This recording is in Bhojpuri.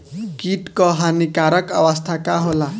कीट क हानिकारक अवस्था का होला?